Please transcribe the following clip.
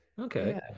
Okay